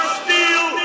steel